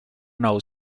now